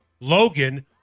Logan